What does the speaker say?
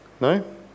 No